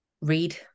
Read